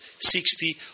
sixty